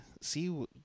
see